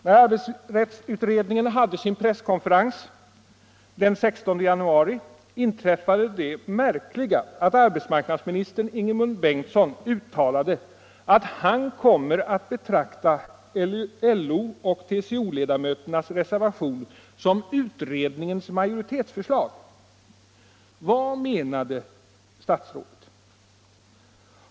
När arbetsrättsutredningen höll sin presskonferens den 16 januari inträffande det märkliga att arbetsmarknadsministern Ingemund Bengtsson uttalade att han kommer att betrakta LO och TCO-ledamöternas reservation som utredningens majoritetsförslag. Vad menade statsrådet?